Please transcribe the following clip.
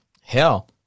hell